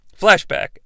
Flashback